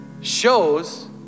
shows